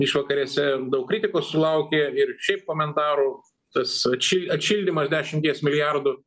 išvakarėse daug kritikos sulaukė ir šiaip komentarų tas atši atšildymas dešimties milijardų